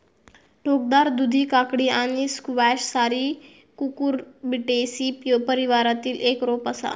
टोकदार दुधी काकडी आणि स्क्वॅश सारी कुकुरबिटेसी परिवारातला एक रोप असा